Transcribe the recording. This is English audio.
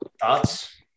Thoughts